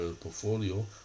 portfolio